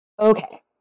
Okay